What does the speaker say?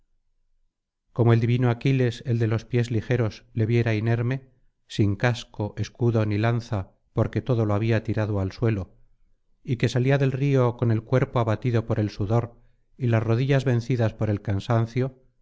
como el divino aquiles el de los pies ligeros le viera inerme sin casco escudo ni lanza porque todo lo había tirado al suelo y que salía del río con el cuerpo abatido por el sudor y las rodillas vencidas por el cansancio